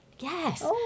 Yes